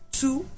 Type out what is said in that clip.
two